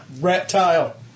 reptile